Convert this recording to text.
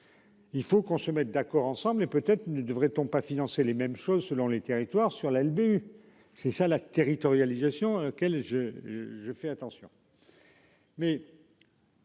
Il faut qu'on se mette d'accord ensemble et peut-être ne devrait-on pas financer les mêmes choses selon les territoires sur la. Le but, c'est ça la territorialisation quel je je fais attention.--